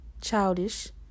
childish